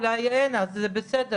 אולי אין, אז זה בסדר,